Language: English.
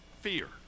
fear